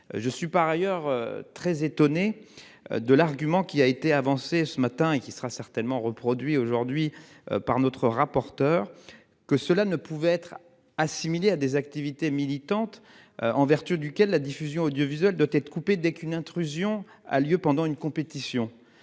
Je suis par ailleurs très étonné. De l'argument qui a été avancée ce matin et qui sera certainement reproduit aujourd'hui par notre rapporteur, que cela ne pouvaient être assimilés à des activités militantes. En vertu duquel la diffusion audiovisuelle doit être coupé dès qu'une intrusion a lieu pendant une compétition.